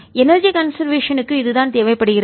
energy conservation க்கு இது தான் தேவைப்படுகிறது